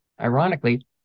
ironically